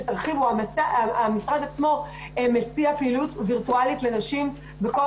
המשרד עצמו מציע פעילות וירטואלית לנשים בכל